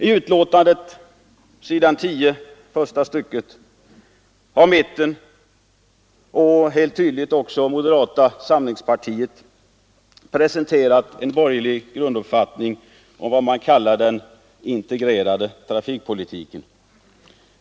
I första stycket på s. 10 i betänkandet har mitten — och tydligen också moderata samlingspartiet — presenterat en borgerlig grunduppfattning om vad man kallar den integrerade trafikpolitiken.